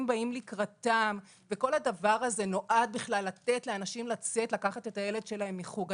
בכלל באים לקראתם וכל הדבר הזה נועד לצאת לקחת את הילד שלהם מחוג.